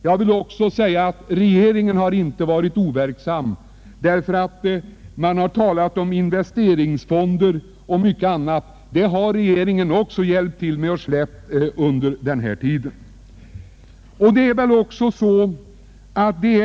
Inte heller regeringen har varit overksam därvidlag. Regeringen har som bekant under denna omställningstid bl.a. släppt loss investeringsfondsmedel och även vidtagit många andra åtgärder.